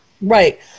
right